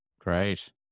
Great